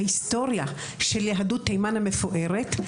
וההיסטוריה של יהדות תימן המפוארת.